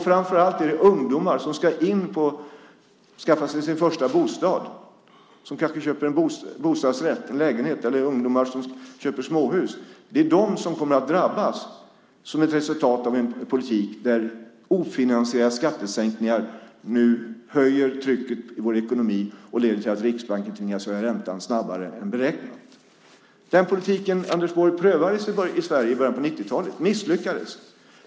Framför allt är det ungdomar som ska skaffa sig sin första bostad, som kanske köper bostadsrätt eller småhus, som kommer att drabbas av en politik där ofinansierade skattesänkningar höjer trycket i vår ekonomi och leder till att Riksbanken tvingas höja räntan snabbare än beräknat. Den politiken, Anders Borg, prövades i Sverige i början av 1990-talet och misslyckades.